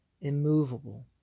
immovable